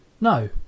No